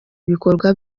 ibikorwa